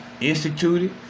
instituted